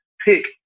pick